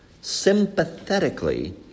sympathetically